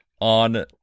on